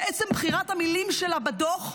בעצם בחירת המילים שלה בדו"ח,